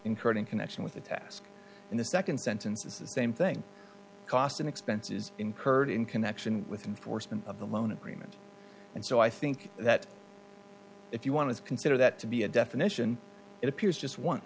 incurred in connection with the task and the nd sentence is the same thing cost and expenses incurred in connection with an foresman of the loan agreement and so i think that if you want to consider that to be a definition it appears just on